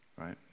right